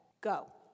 Go